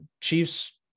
Chiefs